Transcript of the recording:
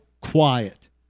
quiet